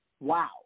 Wow